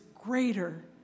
greater